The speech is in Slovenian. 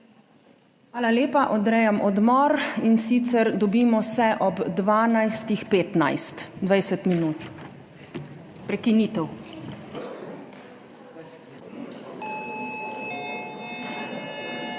Hvala lepa. Odrejam odmor in sicer dobimo se ob 12.15 20 minut prekinitev.